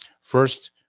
first